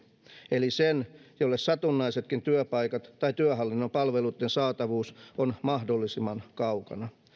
eli sen jolle satunnaisetkin työpaikat tai työhallinnon palveluitten saatavuus ovat mahdollisimman kaukana